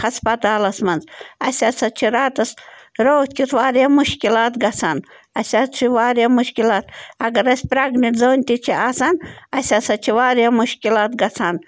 ہسپَتالَس منٛز اَسہِ ہسا چھِ راتَس راتھ کیُتھ واریاہ مُشکِلات گژھان اَسہِ حظ چھِ واریاہ مُشکِلات اگر اَسہِ پرٛٮ۪گنِٹ زٔنۍ تہِ چھِ آسان اَسہِ ہسا چھِ واریاہ مُشکِلات گژھان